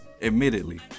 Admittedly